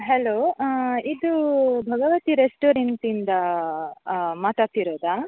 hello ಇದು ಭಗವತಿ ರೆಸ್ಟೋರೆಂಟಿಂದ ಮಾತಾಡ್ತಿರೋದಾ